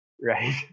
right